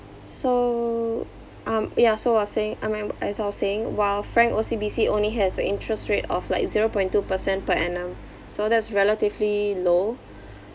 so um yeah so I was saying I mean as I was saying while frank O_C_B_C only has the interest rate of like zero point two percent per annum so that's relatively low